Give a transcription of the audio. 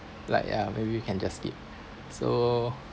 like ya maybe we can just skip so